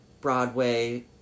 Broadway